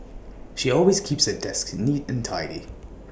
she always keeps her desk neat and tidy